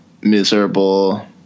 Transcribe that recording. miserable